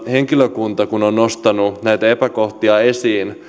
henkilökunta on nostanut näitä epäkohtia esiin